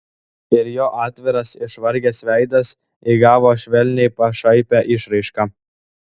ir jo atviras išvargęs veidas įgavo švelniai pašaipią išraišką